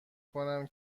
کنم